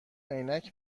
عینک